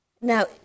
Now